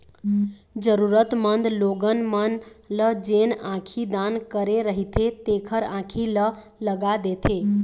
जरुरतमंद लोगन मन ल जेन आँखी दान करे रहिथे तेखर आंखी ल लगा देथे